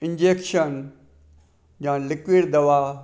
injection जा liquid दवा